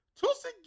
Tulsi